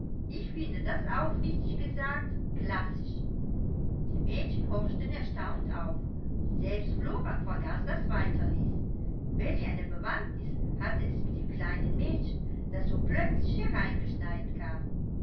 ich finde das aufrichtig gesagt klassisch die mädchen horchten erstaunt auf und selbst flora vergaß das weiterlesen welch eine bewandtnis hatte es mit dem kleinen mädchen das so plötzlich hereingeschneit kam